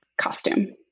costume